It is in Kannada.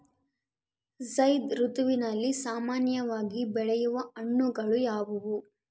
ಝೈಧ್ ಋತುವಿನಲ್ಲಿ ಸಾಮಾನ್ಯವಾಗಿ ಬೆಳೆಯುವ ಹಣ್ಣುಗಳು ಯಾವುವು?